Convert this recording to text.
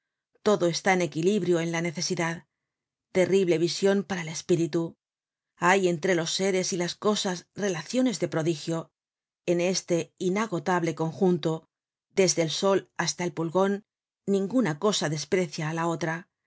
todo está en equilibrio en la necesidad terrible vision para el espíritu hay entre los seres y las cosas relaciones de prodigio en este inagotable conjunto desde el sol hasta el pulgon ninguna cosa desprecia á la otra